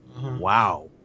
Wow